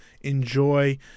enjoy